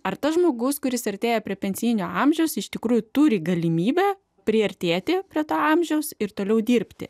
ar tas žmogus kuris artėja prie pensinio amžiaus iš tikrųjų turi galimybę priartėti prie to amžiaus ir toliau dirbti